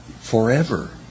forever